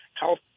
health